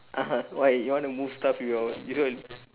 (uh huh) why you want to move stuff with your you want